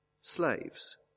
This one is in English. Slaves